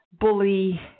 bully